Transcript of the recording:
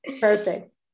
Perfect